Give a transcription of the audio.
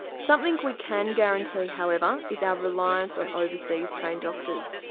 something we can guarantee however is our reliance on overseas trained doctors,